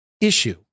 issue